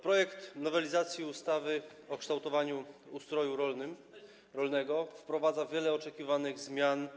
Projekt nowelizacji ustawy o kształtowaniu ustroju rolnego wprowadza wiele oczekiwanych zmian.